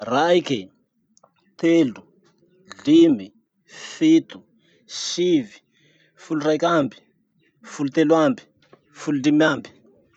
raiky, telo, limy, fito, sivy, folo raiky amby, folo telo amby, folo limy amby.